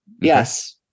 Yes